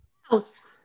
House